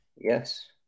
Yes